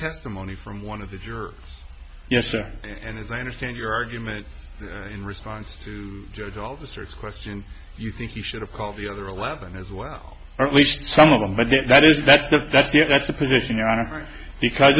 testimony from one of the jerks yes sir and as i understand your argument in response to judge officers question you think you should have called the other eleven as well or at least some of them but that is that's the that's the that's the position